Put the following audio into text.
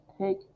Take